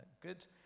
Good